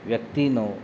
વ્યક્તિનો